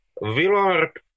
Willard